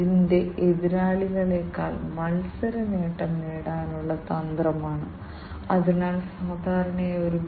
അതിനാൽ എന്താണ് ഈ മൾട്ടി പാരാമീറ്റർ സെൻസിംഗ് എന്നത് ഞാൻ ഇപ്പോൾ പറഞ്ഞതാണ് എന്നാൽ എന്താണ് ഈ അനലോഗ് ഡിറ്റക്ഷൻ സർക്യൂട്ട്